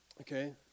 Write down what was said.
Okay